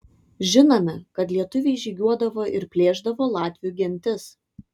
žinome kad lietuviai žygiuodavo ir plėšdavo latvių gentis